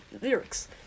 lyrics